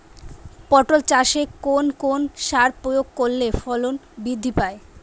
পটল চাষে কোন কোন সার প্রয়োগ করলে ফলন বৃদ্ধি পায়?